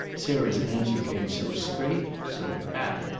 sarah's answer came so straight, so pat,